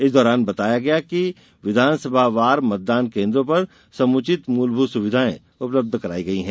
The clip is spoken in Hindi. इस दौरान बताया गया कि विधानसभा वार मतदान केन्द्रों पर समुचित मूलभूत सुविधाएं उपलब्ध करायी गयी है